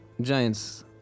giants